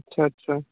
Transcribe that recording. अच्छा अच्छा